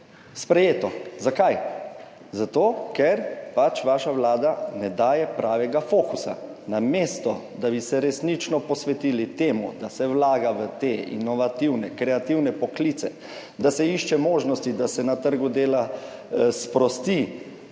sprejeto. Zakaj? Zato, ker pač vaša vlada ne daje pravega fokusa, namesto da bi se resnično posvetili temu, da se vlaga v inovativne, kreativne poklice, da se išče možnosti, da se na trgu dela sprosti,